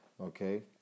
Okay